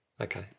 Okay